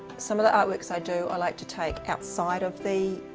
some of the artworks i do, i like to take outside of the